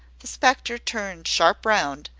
the spectre turned sharp round,